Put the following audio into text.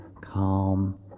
calm